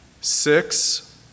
six